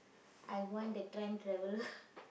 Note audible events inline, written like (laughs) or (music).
I want the time travel (laughs)